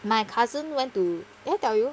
my cousin went to did I tell you